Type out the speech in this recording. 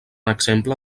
exemple